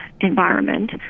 environment